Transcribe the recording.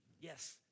Yes